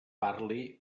parli